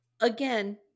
again